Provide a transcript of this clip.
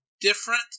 different